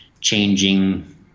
changing